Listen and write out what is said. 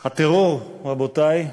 וחברותי, הטרור, רבותי,